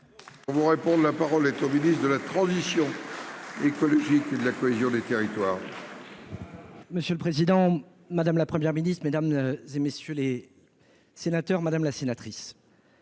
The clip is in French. On vous réponde, la parole est au ministre de la transition écologique et de la cohésion des territoires. Monsieur le Président Madame la première Ministre Mesdames et messieurs les sénateurs, madame la sénatrice.